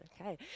Okay